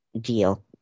deal